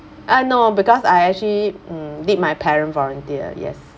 uh no because I actually mm lead my parent volunteer yes